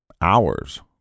hours